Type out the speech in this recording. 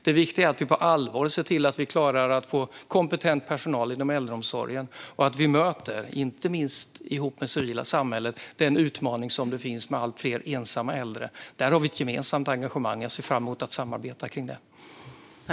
Det viktiga är att vi på allvar ser till att vi klarar att få kompetent personal inom äldreomsorgen och att vi - inte minst tillsammans med det civila samhället - möter den utmaning som finns vad gäller allt fler ensamma äldre. Där har vi ett gemensamt engagemang, och jag ser fram emot att samarbeta kring detta.